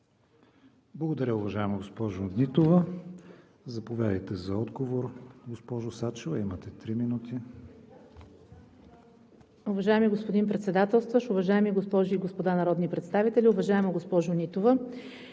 Благодаря, уважаема госпожо Нитова. Заповядайте за отговор, госпожо Сачева – имате три минути.